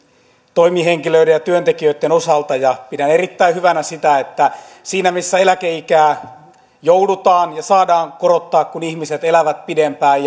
toimihenkilöiden ja työntekijöitten osalta pidän erittäin hyvänä sitä että siinä missä eläkeikää joudutaan ja saadaan korottaa kun ihmiset elävät pidempään